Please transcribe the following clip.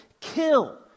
kill